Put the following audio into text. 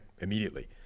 immediately